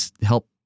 help